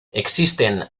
existen